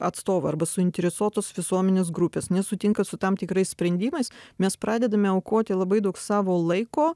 atstovai arba suinteresuotos visuomenės grupės nesutinka su tam tikrais sprendimais mes pradedame aukoti labai daug savo laiko